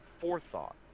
forethought